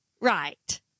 Right